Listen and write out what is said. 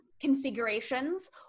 configurations